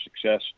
success